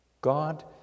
God